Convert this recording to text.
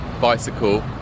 bicycle